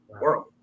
world